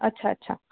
अच्छा अच्छा